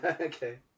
Okay